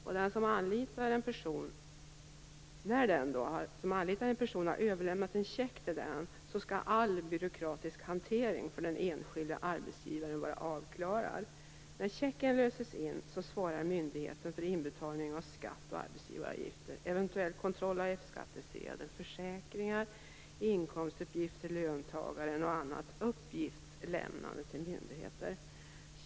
När den som anlitar en person överlämnar en check till denne, skall all byråkratisk hantering för den enskilde arbetsgivaren vara avklarad. När checken löses in svarar myndigheter för inbetalning av skatt och arbetsgivaravgifter, eventuell kontroll av F-skattsedel, försäkringar, inkomstuppgifter till löntagare och annat uppgiftslämnande till myndigheter.